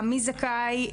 המי זכאי,